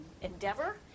endeavor